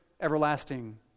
everlasting